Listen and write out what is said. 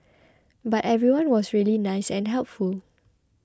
but everyone was really nice and helpful